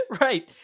Right